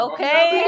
Okay